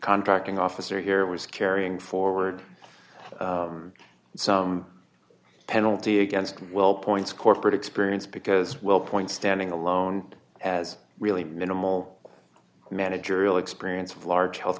contracting officer here was carrying forward some penalty against well points corporate experience because well point standing alone as really minimal managerial experience with large health